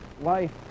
life